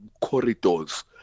corridors